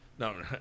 No